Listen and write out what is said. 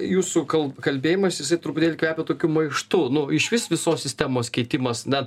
jūsų kal kalbėjimas jisai truputėlį kvepia tokiu maištu nu išvis visos sistemos keitimas na